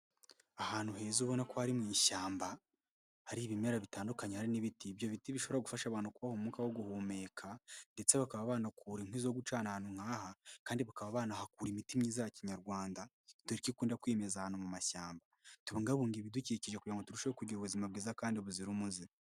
Ahantu heza ubona ko uri mu ishyamba hari ibimera bitandukanye, hari n'ibiti. Ibyo biti bishobora gufasha abantu kubonaha umwuka wo guhumeka ndetse bakaba banakura inkwi zo gucana ahantu nk'aha, kandi bakaba banahakura imiti myiza ya Kinyarwanda, dore ko ikunda kwimeza ahantu mu mashyamba. Tubungabunge ibidukikije kugira ngo turusheho kugira ubuzima bwiza kandi buzira umuze.